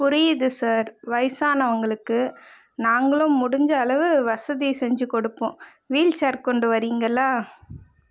புரியுது சார் வயசானவங்களுக்கு நாங்களும் முடிந்த அளவு வசதியை செஞ்சுக்கொடுப்போம் வீல் சேர் கொண்டு வர்றீங்களா